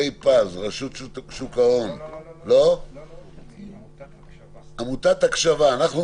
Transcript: עמותת הקשב"ה, אנחנו מקשיבים.